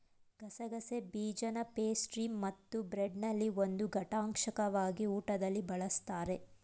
ಗಸಗಸೆ ಬೀಜನಪೇಸ್ಟ್ರಿಮತ್ತುಬ್ರೆಡ್ನಲ್ಲಿ ಒಂದು ಘಟಕಾಂಶವಾಗಿ ಊಟದಲ್ಲಿ ಬಳಸ್ತಾರೆ